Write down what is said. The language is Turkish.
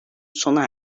sona